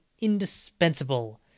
indispensable